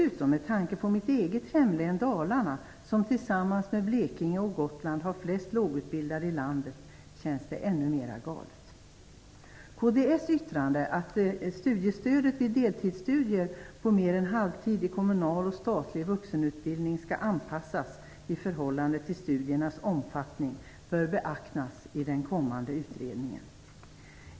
Med avseende på mitt eget hemlän Dalarna, som tillsammans med Blekinge och Gotland har flest lågutbildade i landet, känns den tanken ännu mer galen. Kds yttrande att studiestödet vid deltidsstudier på mer än halvtid i kommunal och statlig vuxenutbildning skall avpassas i förhållande till studiernas omfattning bör beaktas i den kommande utredningen.